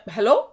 Hello